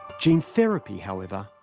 gene therapy, however,